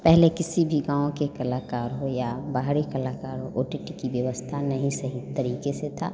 पहले किसी भी गाँव के कलाकार हो या बाहरी कलाकार हो ओ टी पी की व्यवस्था नहीं सही तरीक़े से थी